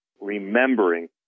remembering